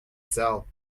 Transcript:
sell